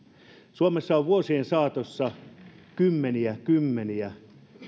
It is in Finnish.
suomessa on vuosien saatossa kymmeniä kymmeniä